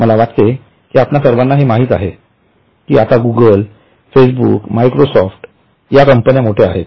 मला वाटते की आपणा सर्वांना हे माहित आहे की ते आता गुगल फेसबुक मायक्रोसॉफ्ट या कंपन्या मोठ्या आहेत